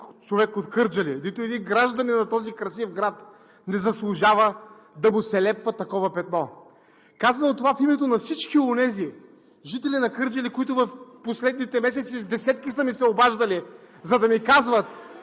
човек от Кърджали, нито един гражданин на този красив град не заслужава да му се лепва такова петно. Казвам това в името на всички онези десетки жители на Кърджали, които в последните месеци са ми се обаждали, за да ми казват